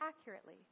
accurately